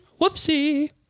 Whoopsie